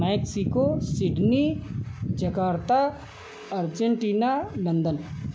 Mexico Sydney Jakarta Argentina London